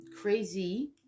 crazy